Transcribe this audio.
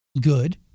good